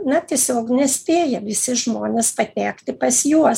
na tiesiog nespėja visi žmonės patekti pas juos